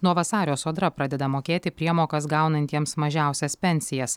nuo vasario sodra pradeda mokėti priemokas gaunantiems mažiausias pensijas